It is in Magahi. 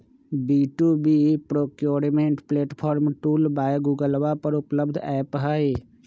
B two B procurement platform tool by गूगलवा पर उपलब्ध ऐप हई